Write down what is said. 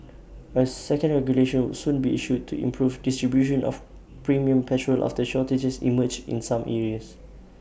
A second regulation would soon be issued to improve distribution of premium petrol after the shortages emerged in some areas